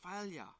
failure